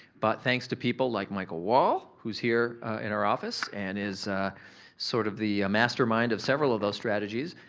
but thanks to people like michael wall who's here in our office and is sort of the mastermind of several of those strategies,